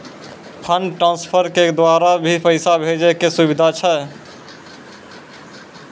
Fund transfer के द्वारा भी पैसा भेजै के सुविधा छै?